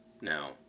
Now